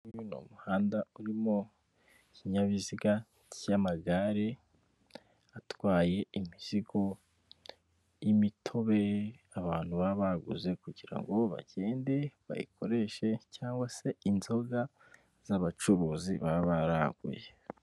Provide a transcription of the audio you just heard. Uyu nguyu ni muhanda urimo ikinyabiziga cy'amagare atwaye imizigo, imitobe abantu baba baguze kugira ngo bagende bayikoreshe, cyangwa se inzoga z'abacuruzi baba bararanguye.